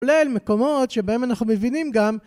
אולי על מקומות שבהם אנחנו מבינים גם.